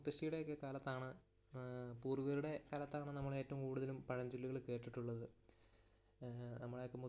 നമ്മുടെ മുത്തശ്ശിയുടെ ഒക്കെ കാലത്താണ് പൂർവ്വികരുടെ കാലത്താണ് നമ്മൾ ഏറ്റവും കൂടുതലും പഴഞ്ചൊല്ലുകൾ കേട്ടിട്ടുള്ളത്